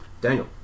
Daniel